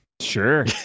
sure